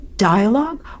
Dialogue